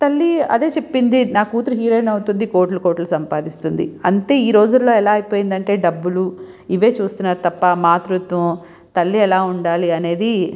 తల్లి అదే చెప్పింది నా కూతురు హీరోయిన్ అవుతుంది కోట్లు కోట్లు సంపాదిస్తుంది అంటే ఈరోజుల్లో ఎలా అయిపోయింది అంటే డబ్బులు ఇవే చూస్తున్నారు తప్ప మాతృత్వం తల్లి ఎలా ఉండాలి అనేది